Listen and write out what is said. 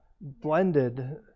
blended